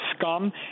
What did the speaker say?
scum